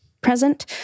present